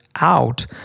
out